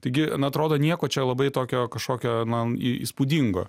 taigi na atrodo nieko čia labai tokio kažkokio na įspūdingo